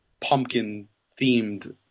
pumpkin-themed